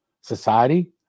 society